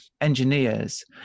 engineers